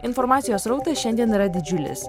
informacijos srautas šiandien yra didžiulis